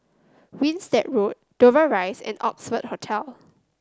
Winstedt Road Dover Rise and Oxford Hotel